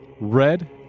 red